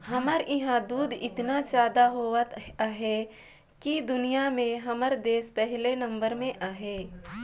हमर इहां दूद एतना जादा होवत अहे कि दुनिया में हमर देस पहिले नंबर में अहे